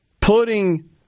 putting